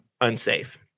unsafe